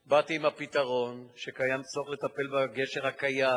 באתי עם הפתרון, שקיים צורך לטפל בגשר הקיים